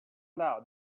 doubt